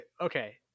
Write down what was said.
okay